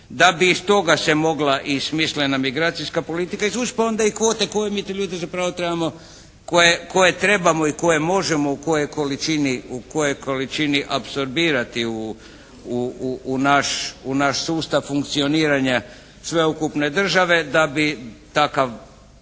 da bi iz toga se mogla i smislena migracijska politika izvući, pa onda i kvote koje mi te ljude zapravo trebamo, koje trebamo i koje možemo u kojoj količini apsorbirati u naš sustav funkcioniranje sveukupne države da bi takav